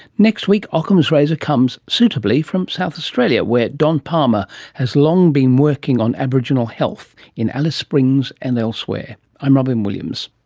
next week ockham's razor comes suitably from south australia where don palmer has long been working on aboriginal health in alice springs and elsewhere. i'm robyn williams